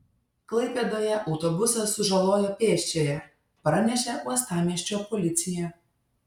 klaipėdoje autobusas sužalojo pėsčiąją pranešė uostamiesčio policija